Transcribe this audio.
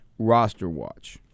rosterwatch